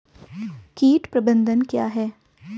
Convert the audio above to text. कीट प्रबंधन क्या है?